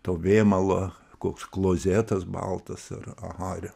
to vėmalo koks klozetas baltas ir aha ir